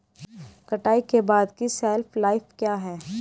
कटाई के बाद की शेल्फ लाइफ क्या है?